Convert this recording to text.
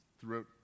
throughout